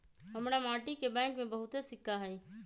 हमरा माटि के बैंक में बहुते सिक्का हई